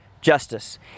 Justice